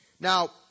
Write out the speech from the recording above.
Now